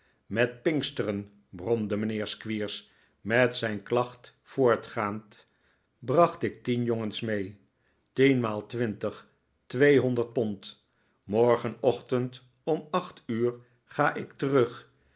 met pinksteren brpmde mijnheer squeers met zijn klacht voortgaand bracht ik tien jongens mee tienmaal twintig tweehonderd pond morgenochtend om acht uur ga ik terug